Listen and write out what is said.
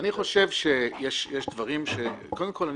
קודם כל,